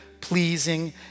pleasing